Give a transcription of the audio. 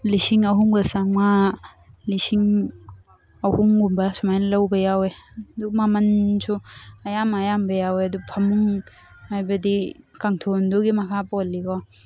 ꯂꯤꯁꯤꯡ ꯑꯍꯨꯝꯒ ꯆꯥꯝꯃꯉꯥ ꯂꯤꯁꯤꯡ ꯑꯍꯨꯝꯒꯨꯝꯕ ꯁꯨꯃꯥꯏꯅ ꯂꯧꯕ ꯌꯥꯎꯋꯦ ꯑꯗꯨ ꯃꯃꯟꯁꯨ ꯑꯌꯥꯝ ꯑꯌꯥꯝꯕ ꯌꯥꯎꯋꯦ ꯑꯗꯨ ꯐꯃꯨꯡ ꯍꯥꯏꯕꯗꯤ ꯀꯥꯡꯊꯣꯟꯗꯨꯒꯤ ꯃꯈꯥ ꯄꯣꯜꯂꯤꯀꯣ